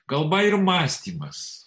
kalba ir mąstymas